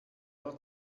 nur